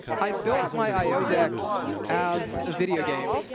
i built my i o deck as a video game.